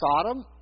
Sodom